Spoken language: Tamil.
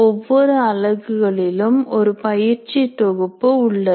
ஒவ்வொரு அலகுகளிலும் ஒரு பயிற்சி தொகுப்பு உள்ளது